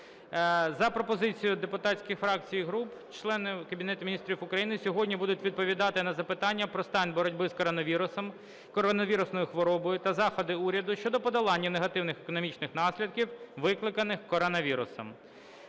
За пропозицією депутатських фракцій і груп члени Кабінету Міністрів України сьогодні будуть відповідати на запитання про стан боротьби з коронавірусом, коронавірусною хворобою та заходи уряду щодо подолання негативних економічних наслідків, викликаних коронавірусом.